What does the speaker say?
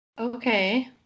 Okay